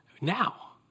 Now